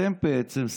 אתם בעצם,